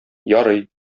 ярый